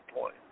point